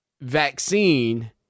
vaccine